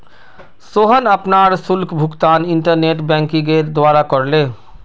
सोहन अपनार शुल्क भुगतान इंटरनेट बैंकिंगेर द्वारा करले